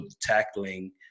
tackling